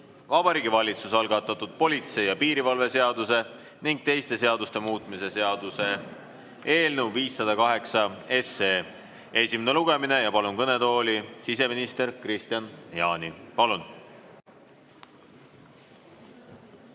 Vabariigi Valitsuse algatatud politsei ja piirivalve seaduse ning teiste seaduste muutmise seaduse eelnõu 508 esimene lugemine. Palun kõnetooli siseminister Kristian Jaani. Meie